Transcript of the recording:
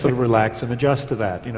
sort of relax and adjust to that. you know